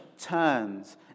turns